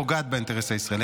פוגעת באינטרס הישראלי.